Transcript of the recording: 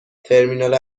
ترمینال